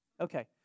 Okay